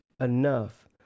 enough